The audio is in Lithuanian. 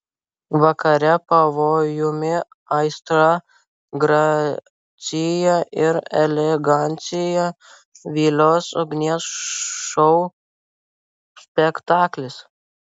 vakare pavojumi aistra gracija ir elegancija vilios ugnies šou spektaklis